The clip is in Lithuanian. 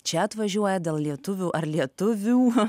čia atvažiuoja dėl lietuvių ar lietuvių